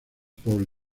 por